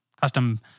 Custom